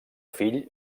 fill